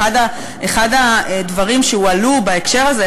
אחד הדברים שהועלו בהקשר הזה,